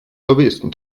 lobbyisten